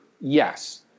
Yes